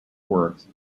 works